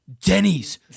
Denny's